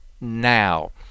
now